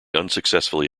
unsuccessfully